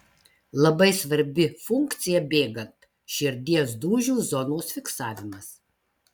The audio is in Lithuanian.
labai svarbi funkcija bėgant širdies dūžių zonos fiksavimas